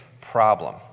Problem